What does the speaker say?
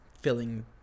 filling